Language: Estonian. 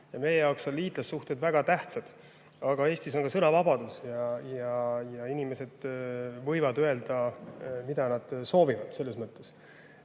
meie jaoks on liitlassuhted väga tähtsad, aga Eestis on ka sõnavabadus ja inimesed võivad öelda, mida nad soovivad.